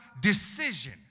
decision